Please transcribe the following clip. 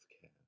care